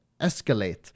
Escalate